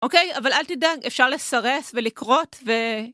אוקיי אבל אל תדאג אפשר לסרס ולכרות ו...